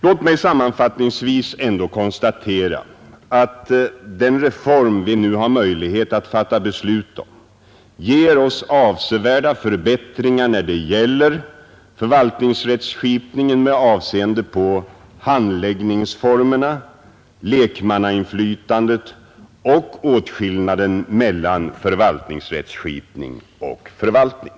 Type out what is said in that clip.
Låt mig sammanfattningsvis ändå konstatera att den reform som vi nu har möjlighet att fatta beslut om ger oss avsevärda fördelar när det gäller förvaltningsrättskipningen med avseende på handläggningsformerna, lekmannainflytandet och åtskillnaden mellan förvaltningsrättskipning och förvaltning.